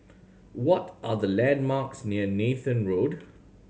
what are the landmarks near Nathan Road